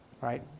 right